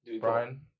Brian